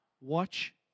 watch